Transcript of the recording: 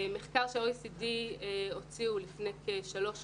מחקר שה-OECD הוציא לפני כשלוש שנים,